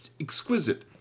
exquisite